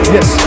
Yes